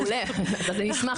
מעולה, אז אני אשמח.